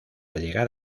llegar